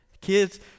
Kids